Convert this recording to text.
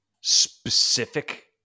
specific